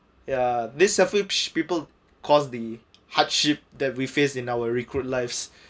ya these selfish people caused the hardship that we face in our recruit lives